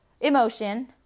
emotion